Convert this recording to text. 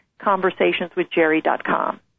conversationswithjerry.com